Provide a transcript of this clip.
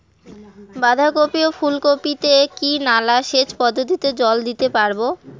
বাধা কপি ও ফুল কপি তে কি নালা সেচ পদ্ধতিতে জল দিতে পারবো?